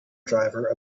driver